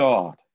God